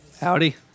Howdy